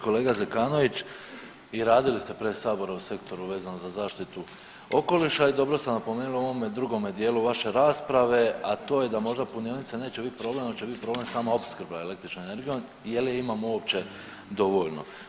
Kolega Zekanović, vi i radili ste pre sabora u sektoru vezano zaštitu okoliša i dobro ste napomenuli u ovome drugome dijelu vaše rasprave, a to je da možda punionice neće biti problem nego će biti samoopskrba električnom energijom, je li je imamo uopće dovoljno.